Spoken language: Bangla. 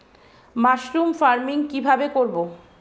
মাসরুম ফার্মিং কি ভাবে করব?